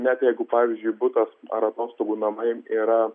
net jeigu pavyzdžiui butas ar atostogų namai yra